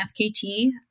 FKT